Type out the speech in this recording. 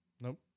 Nope